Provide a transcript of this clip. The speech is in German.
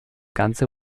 ganze